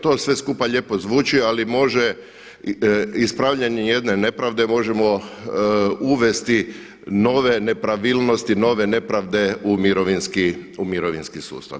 To sve skupa lijepo zvuči, ali može, ispravljanje jedne nepravde možemo uvesti nove nepravilnosti, nove nepravde u mirovinski sustav.